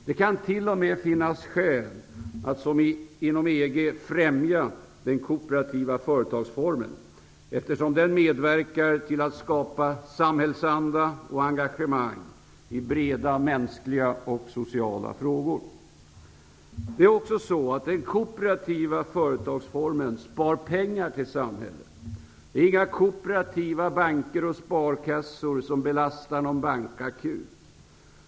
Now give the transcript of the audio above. Det kan t.o.m. finnas skäl att, som man gör inom EG, främja den kooperativa företagsformen. Den medverkar till att skapa samhällsanda och engagemang i breda mänskliga och sociala frågor. Det är också så, att den kooperativa företagsformen sparar pengar för samhället. Det är inga kooperativa banker och sparkassor som belastar någon bankakut.